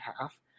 half